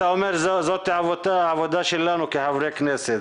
אתה אומר, זאת עבודה שלנו כחברי כנסת.